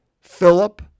Philip